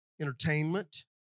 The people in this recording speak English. Entertainment